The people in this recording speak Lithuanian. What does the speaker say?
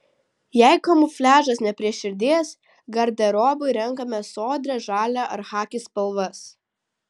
jei kamufliažas ne prie širdies garderobui renkamės sodrią žalią ar chaki spalvas